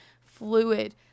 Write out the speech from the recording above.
fluid